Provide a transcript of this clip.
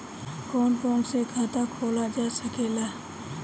कौन कौन से खाता खोला जा सके ला?